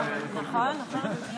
חברת הכנסת עומר ינקלביץ',